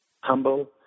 humble